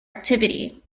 activity